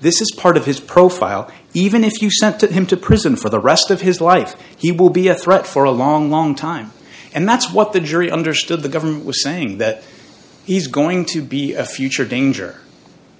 this is part of his profile even if you sent to him to prison for the rest of his life he will be a threat for a long long time and that's what the jury understood the government was saying that he's going to be a future danger